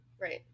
Right